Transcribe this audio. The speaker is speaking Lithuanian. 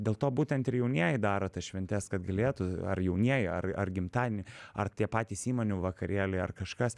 dėl to būtent ir jaunieji daro tas šventes kad galėtų ar jaunieji ar ar gimtadienį ar tie patys įmonių vakarėliai ar kažkas